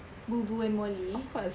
booboo and molly